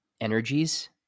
energies